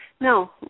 no